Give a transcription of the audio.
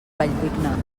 valldigna